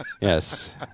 Yes